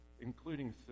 including